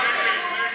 מה זה?